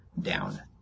down